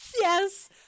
Yes